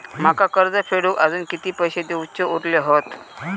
माका कर्ज फेडूक आजुन किती पैशे देऊचे उरले हत?